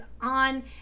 on